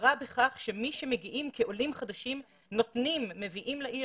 ההכרה בכך שמי שמגיעים כעולים חדשים מביאים לעיר